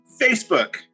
Facebook